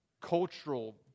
cultural